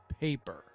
paper